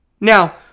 Now